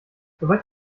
soweit